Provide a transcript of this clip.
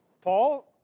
Paul